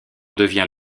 devient